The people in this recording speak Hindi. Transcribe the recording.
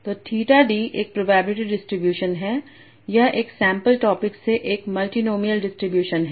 तो थीटा d एक प्रोबेबिलिटी डिस्ट्रीब्यूशन है और यह एक सैंपल टॉपिक से एक मल्टीनोमिअल डिस्ट्रीब्यूशन है